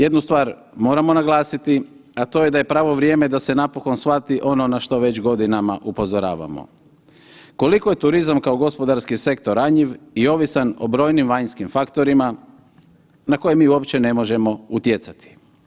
Jednu stvar moramo naglasiti, a to je da je pravo vrijeme da se napokon shvati ono na što već godinama upozoravamo koliko je turizam kao gospodarski sektor ranjiv i ovisan o brojnim vanjskim faktorima na koje mi uopće ne možemo utjecati?